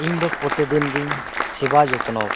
ᱤᱧ ᱫᱚ ᱯᱨᱚᱛᱮᱠ ᱫᱤᱱᱜᱤᱧ ᱥᱮᱵᱟ ᱡᱚᱛᱚᱱᱚ ᱠᱚᱣᱟ